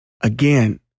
Again